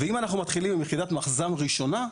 אם אנחנו מתחילים עם יחידת מחז"מ ראשונה,